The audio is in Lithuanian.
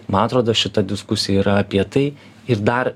man atrodo šita diskusija yra apie tai ir dar